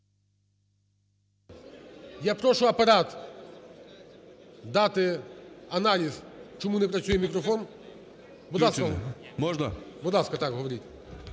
Я прошу Апарат дати аналіз, чому не працює мікрофон. Будь ласка.